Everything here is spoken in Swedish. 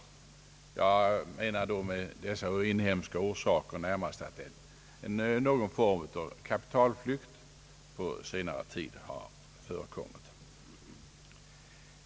Med inhemska orsaker menar jag närmast om någon form av kapitalflykt skett på senare tid.